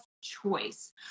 choice